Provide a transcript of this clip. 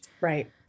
Right